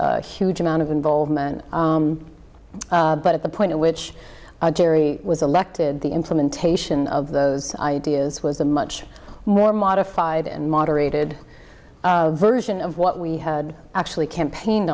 huge amount of involvement but at the point at which jerry was elected the implementation of those ideas was a much more modified and moderated version of what we had actually campaign